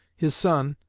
his son,